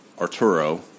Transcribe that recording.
arturo